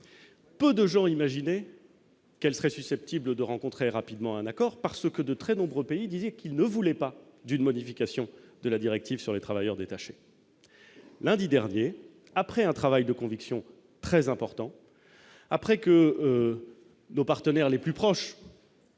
peu de gens, imaginez qu'serait susceptible de rencontrer rapidement un accord parce que de très nombreux pays, disait qu'il ne voulait pas d'une modification de la directive sur les travailleurs détachés lundi dernier après un travail de conviction très important après que nos partenaires les plus proches.